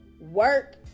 work